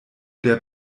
der